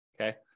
okay